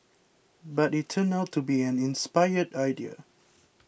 but it turned out to be an inspired idea